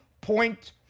point